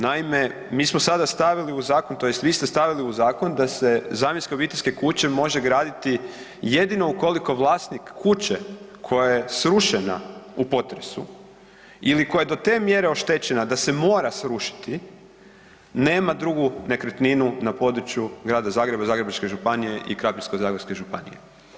Naime, mi smo sada stavili u zakon, tj. vi ste stavili u zakon da se zamjenske obiteljske kuće može graditi jedino ukoliko vlasnik kuće koja je srušena u potresu ili koja je do te mjere oštećena da se mora srušiti, nema drugu nekretninu na području Grada Zagreba, Zagrebačke županije i Krapinsko-zagorske županije.